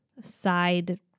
side